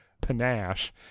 panache